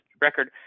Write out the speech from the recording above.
record